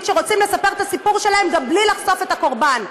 שרוצים לספר את הסיפור שלהם גם בלי לחשוף את הקורבן.